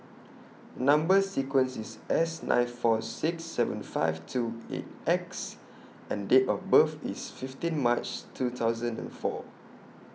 Number sequence IS S nine four six seven five two eight X and Date of birth IS fifteen March two thousand and four